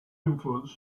influence